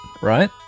right